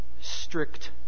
strict